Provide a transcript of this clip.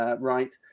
right